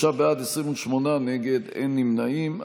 23 בעד, 28 נגד, אין נמנעים.